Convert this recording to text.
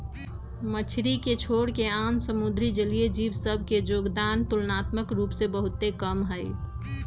मछरी के छोरके आन समुद्री जलीय जीव सभ के जोगदान तुलनात्मक रूप से बहुते कम हइ